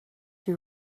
you